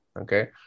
Okay